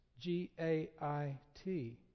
G-A-I-T